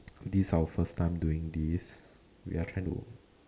this is our first time doing this we are trying to